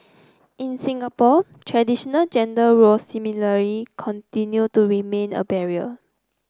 in Singapore traditional gender roles similarly continue to remain a barrier